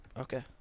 Okay